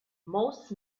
most